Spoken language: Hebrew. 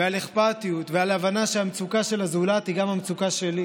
ועל אכפתיות ועל הבנה שהמצוקה של הזולת היא גם המצוקה שלי,